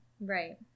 Right